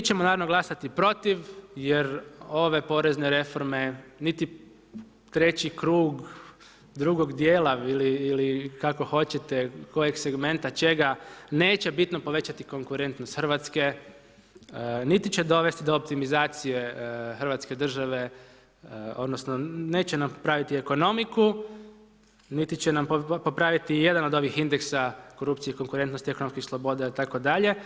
Mi ćemo naravno glasati protiv jer ove porezne reforme niti treći krug drugog dijela ili kako hoćete kojeg segmenta, čega, neće bitno povećati konkurentnost Hrvatske, niti će dovesti do optimizacije Hrvatske države, odnosno neće nam praviti ekonomiku niti će nam popraviti jedan od ovih indeksa korupcije i konkurentnosti ekonomskih sloboda itd.